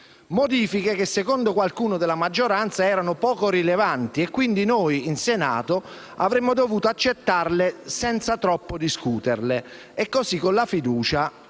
Modifiche che, secondo qualcuno della maggioranza, erano poco rilevanti e che quindi noi, in Senato, avremmo dovuto accettare senza troppo discuterle. E così, con la fiducia,